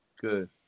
Good